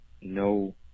no